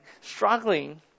struggling